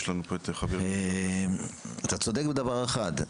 אתה צודק בדבר אחד.